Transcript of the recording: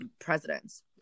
presidents